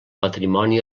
patrimoni